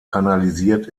kanalisiert